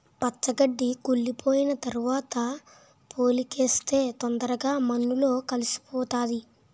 పచ్చి గడ్డి కుళ్లిపోయిన తరవాత పోలికేస్తే తొందరగా మన్నులో కలిసిపోతాది